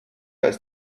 ist